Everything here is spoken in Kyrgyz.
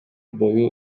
бою